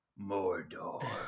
Mordor